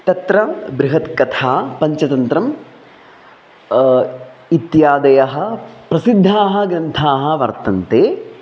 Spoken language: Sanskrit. तत्र बृहत्कथा पञ्चतन्त्रम् इत्यादयः प्रसिद्धाः ग्रन्थाः वर्तन्ते